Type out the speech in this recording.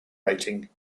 rating